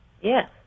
Yes